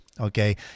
Okay